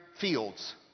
fields